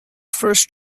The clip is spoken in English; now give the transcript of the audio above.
first